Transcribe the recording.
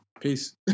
peace